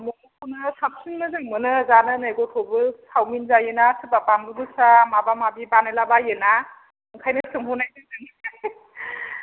म'म'खौनो साबसिन मोजां मोनो जानो नै गथ'बो सावमिन जायो ना सोरबा बानलु गोसा माबा माबि बानायलाबायो ना ओंखायनो सोंहरनाय जादों